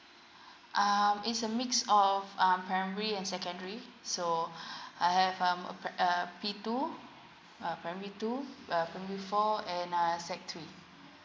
um is a mix of um primary and secondary so I have um uh P two uh primary two uh primary four and a S_E_C three